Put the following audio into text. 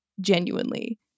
genuinely